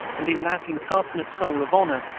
and in that incarnate soul of honor,